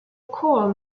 choral